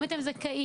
אם אתם זכאים,